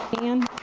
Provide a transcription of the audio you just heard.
and,